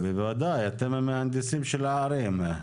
בוודאי, אתם המהנדסים של הערים.